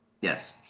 Yes